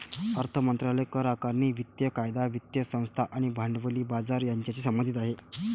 अर्थ मंत्रालय करआकारणी, वित्तीय कायदा, वित्तीय संस्था आणि भांडवली बाजार यांच्याशी संबंधित आहे